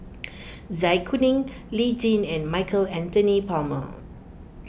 Zai Kuning Lee Tjin and Michael Anthony Palmer